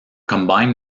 combined